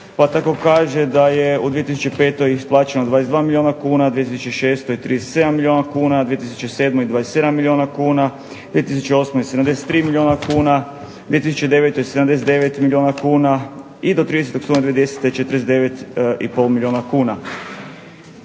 pa tako kaže da je u 2005. isplaćeno 22 milijuna kuna, u 2006. 37 milijuna kuna, u 2007. 27 milijuna kuna, 2008. 73 milijuna kuna, 2009. 79 milijuna kuna i do 30. studenog 2010. 49 i pol milijuna kuna.